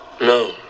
no